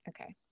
okay